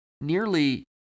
nearly